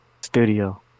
studio